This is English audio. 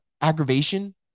aggravation